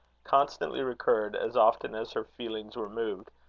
constantly recurred, as often as her feelings were moved,